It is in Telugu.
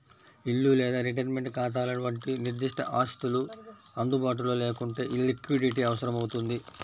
ఇల్లు లేదా రిటైర్మెంట్ ఖాతాల వంటి నిర్దిష్ట ఆస్తులు అందుబాటులో లేకుంటే లిక్విడిటీ అవసరమవుతుంది